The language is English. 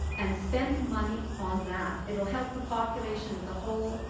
and spend the money on that. it will help the population as a whole.